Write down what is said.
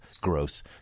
gross